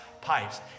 pipes